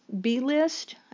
B-list